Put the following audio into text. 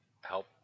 help